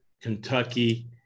Kentucky